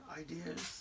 ideas